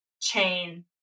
chain